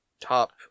top